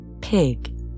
Pig